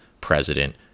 president